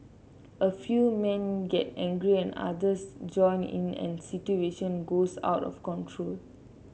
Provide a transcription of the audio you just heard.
a few men get angry and others join in and situation goes out of control